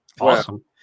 Awesome